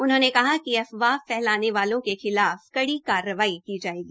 उन्होंने कहा कि अफवाह फैलाने वालों के खिलाफ कड़ी कार्रवाई की जायेगी